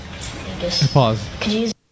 Pause